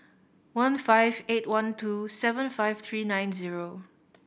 one five eight one two seven five three nine zero